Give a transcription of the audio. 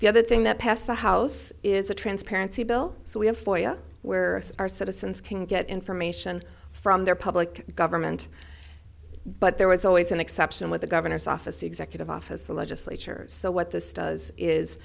the other thing that passed the house is a transparency bill so we have for you where our citizens can get information from their public government but there was always an exception with the governor's office the executive office the legislature so what this does is